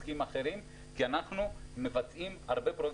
עסקיים אחרים כי אנחנו מבצעים הרבה פרויקטים כאן.